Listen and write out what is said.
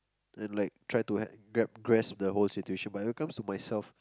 and like try to han~ grab grasp the whole situation but when it comes to myself